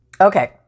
Okay